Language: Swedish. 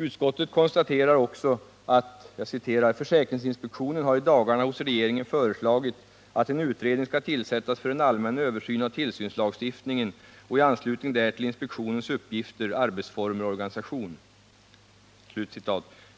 Utskottet konstaterar också följande: ”Försäkringsinspektionen har i dagarna hos regeringen föreslagit att en utredning skall tillsättas för en allmän översyn av tillsynslagstiftningen och i anslutning därtill inspektionens uppgifter, arbetsformer och organisation.” Men